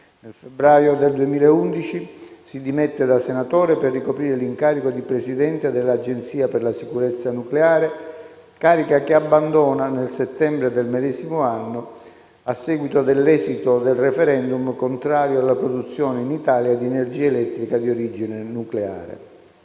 Nel febbraio del 2011 si dimette dal senatore per ricoprire l'incarico di presidente dell'Agenzia per la sicurezza nucleare, carica che abbandona nel settembre del medesimo anno, a seguito dell'esito del *referendum* contrario alla produzione in Italia di energia elettrica di origine nucleare.